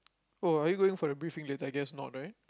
oh are you going for the briefing later I guess not right